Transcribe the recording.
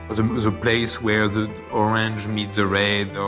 but um it was a place where the orange meet the red or,